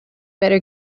better